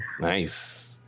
Nice